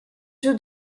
jeu